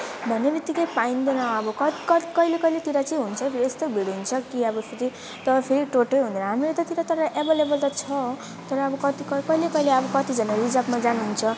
भन्ने बित्तिकै पाइँदैन अब कति कति कहिले कहिलेतिर चाहिँ हुन्छ फेरि यस्तो भिड हुन्छ कि अब फेरि तब फेरि टोटै हुँदैन हाम्रो यतातिर तर एभाइलेभल त छ तर अब कति कहिले कहिले अब कतिजना रिजर्भमा जानु हुन्छ